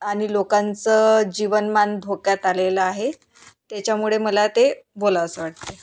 आणि लोकांचं जीवनमान धोक्यात आलेलं आहे त्याच्यामुळे मला ते बोलावं असं वाटतं आहे